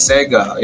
Sega